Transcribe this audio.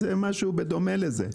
אפשר משהו בדומה לזה.